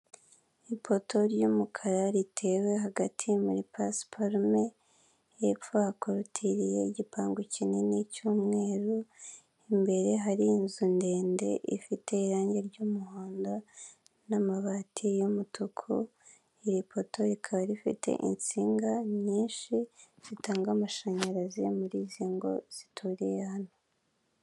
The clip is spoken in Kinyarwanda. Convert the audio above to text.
Ipoto ry'umukara ritewe hagati muri pasiparume, hepfo hakorotiriye igipangu kinini cy'umweru. Imbere hari inzu ndende ifite irange ry'umuhondo n'amabati y'umutuku, iri poto rikaba rifite insinga nyinshi zitanga amashanyarazi muri izi ngo zituriye hano.